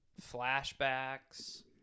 flashbacks